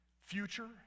future